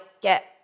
get